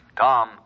Tom